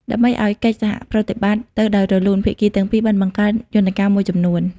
ដើម្បីឱ្យកិច្ចសហការប្រព្រឹត្តទៅដោយរលូន ភាគីទាំងពីរបានបង្កើតយន្តការមួយចំនួន។